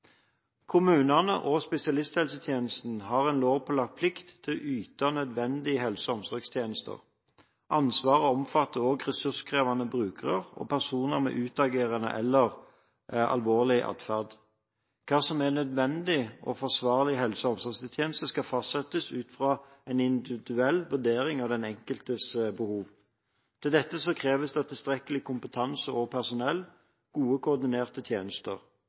Kommunene og spesialisthelsetjenesten har en lovpålagt plikt til å yte nødvendige helse- og omsorgstjenester. Ansvaret omfatter også ressurskrevende brukere og personer med utagerende eller voldelig atferd. Hva som er nødvendig og forsvarlig helse- og omsorgstjeneste, skal fastsettes ut fra en individuell vurdering av den enkeltes behov. Til dette kreves det tilstrekkelig kompetanse og personell og godt koordinerte tjenester.